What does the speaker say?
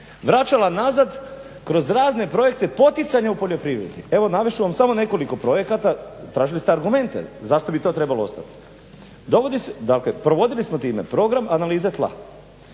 vraćala nazad kroz razne projekte poticanja u poljoprivredi. Evo navest ću vam samo nekoliko projekata, tražili ste argumente, zašto bi to trebalo ostati. Dakle, provodili smo time program analize tla,